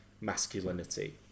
Masculinity